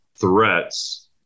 threats